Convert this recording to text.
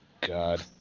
God